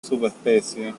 subespecie